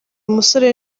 musore